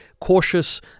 cautious